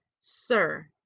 sir